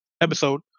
episode